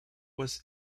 was